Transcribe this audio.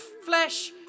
flesh